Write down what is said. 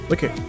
Okay